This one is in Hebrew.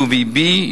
UVB,